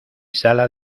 sala